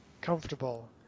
comfortable